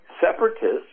separatists